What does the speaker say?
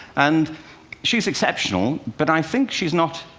and she's exceptional, but i think she's not,